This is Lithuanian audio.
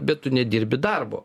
bet tu nedirbi darbo